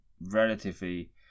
relatively